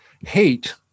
hate